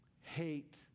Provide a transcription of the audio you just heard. hate